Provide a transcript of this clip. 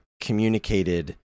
communicated